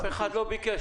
אף אחד לא ביקש.